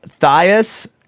Thias